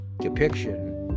depiction